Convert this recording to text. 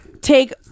take